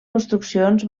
construccions